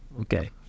okay